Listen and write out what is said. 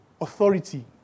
authority